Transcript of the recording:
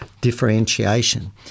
differentiation